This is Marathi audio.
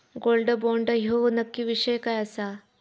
गोल्ड बॉण्ड ह्यो नक्की विषय काय आसा?